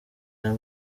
aya